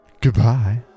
Goodbye